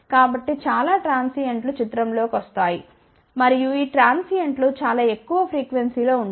కాబట్టి చాలా ట్రాన్సియెంట్లు చిత్రం లోకి వస్తాయి మరియు ఈ ట్రాన్సియెంట్లు చాలా ఎక్కువ ఫ్రీక్వెన్సీ లో ఉంటాయి